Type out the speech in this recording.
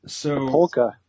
Polka